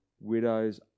widow's